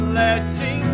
letting